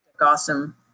awesome